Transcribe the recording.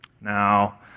Now